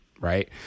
right